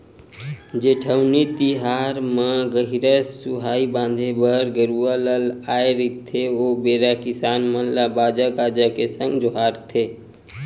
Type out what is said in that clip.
जेठउनी तिहार म गहिरा सुहाई बांधे बर गरूवा ल आय रहिथे ओ बेरा किसान मन ल बाजा गाजा के संग जोहारथे